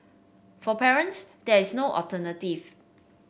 for parents there is no alternative